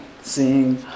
seeing